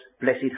blessed